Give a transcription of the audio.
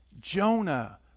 Jonah